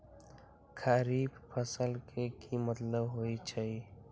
खरीफ फसल के की मतलब होइ छइ?